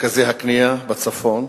מרכזי הקנייה, בצפון,